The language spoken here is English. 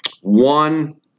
One